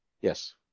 Yes